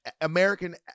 American